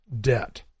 debt